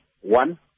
one